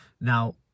Now